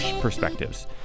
perspectives